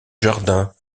jardin